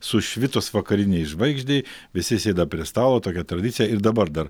sušvitus vakarinei žvaigždei visi sėda prie stalo tokia tradicija ir dabar dar